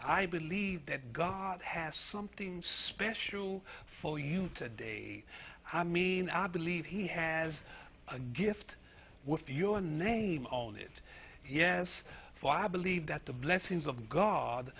i believe that god has something special for you today i mean i believe he has a gift with your name on it yes so i believe that the blessings of god